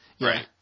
right